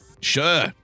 Sure